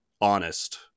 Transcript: honest